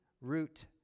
root